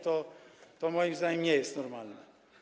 To moim zdaniem nie jest normalne.